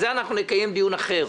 על זה נקיים דיון אחר.